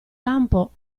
lampo